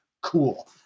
cool